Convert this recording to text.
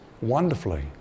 wonderfully